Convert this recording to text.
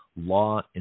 law